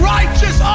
righteous